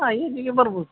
ಹಾಂ ಈಗೀಗೆ ಬರ್ಬೋದು